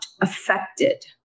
affected